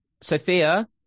Sophia